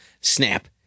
snap